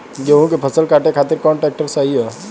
गेहूँ के फसल काटे खातिर कौन ट्रैक्टर सही ह?